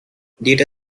data